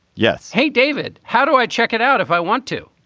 yes. hey, david. how do i check it out if i want to?